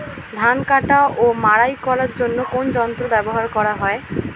ধান কাটা ও মাড়াই করার জন্য কোন যন্ত্র ব্যবহার করা হয়?